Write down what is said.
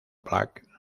black